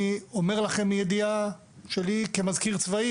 אני אומר לכם מידיעה שלי כמזכיר צבאי